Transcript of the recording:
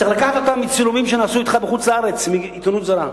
צריך לקחת אותה מצילומים שנעשו בחוץ-לארץ על-ידי עיתונות זרה.